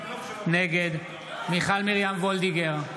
נגד מיכל מרים וולדיגר,